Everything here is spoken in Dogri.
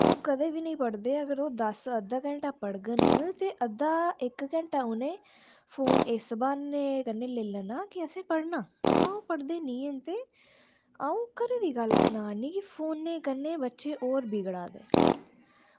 ते ओह् कदें बी निं पढ़दे अगर ओह् जां अद्धा घैंटा पढ़ङन ते इक्क घैंटा उनें फोन इस ब्हानै कन्नै लेई लैना कि असें पढ़ना बाऽ ओह् पढ़दे निं हैन ते अंऊ घरै दी गल्ल सना रनी कि फोनै कन्नै बच्चे होर बिगड़दे